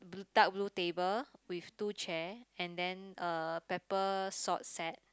blu~ dark blue table with two chair and then a pepper salt set